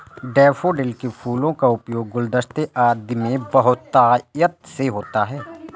daffodil के फूलों का उपयोग गुलदस्ते आदि में बहुतायत से होता है